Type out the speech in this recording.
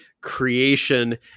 creation